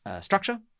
structure